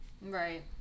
Right